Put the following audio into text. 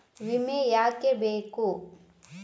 ವಿಮೆ ಯಾಕೆ ಬೇಕು?